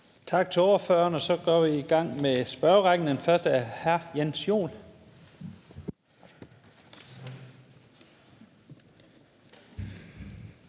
Tak til ordføreren. Så går vi i gang med spørgerrækken. Den første er hr. Jens Joel.